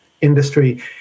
industry